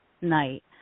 night